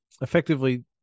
effectively